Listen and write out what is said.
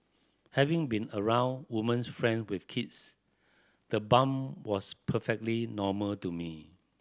having been around woman's friend with kids the bump was perfectly normal to me